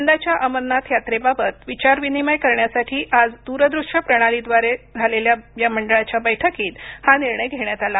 यंदाच्या अमरनाथ यात्रेबाबत विचारविनिमय करण्यासाठी आज दूरदृश्य प्रणालीद्वारे झालेल्या या मंडळाच्या बैठकीत हा निर्णय घेण्यात आला